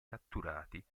catturati